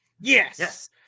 yes